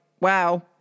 wow